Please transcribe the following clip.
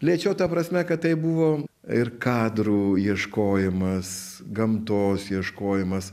lėčiau ta prasme kad tai buvo ir kadrų ieškojimas gamtos ieškojimas